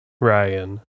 Ryan